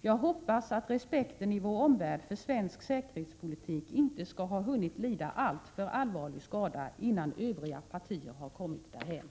Jag hoppas att respekten i vår omvärld för svensk säkerhetspolitik inte skall ha hunnit lida alltför allvarlig skada, innan övriga partier har kommit till samma ståndpunkter som vi kommit till.